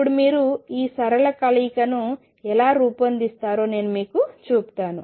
ఇప్పుడు మీరు ఈ సరళ కలయికను ఎలా రూపొందిస్తారో నేను మీకు చూపుతాను